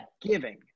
giving